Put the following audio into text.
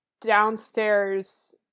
downstairs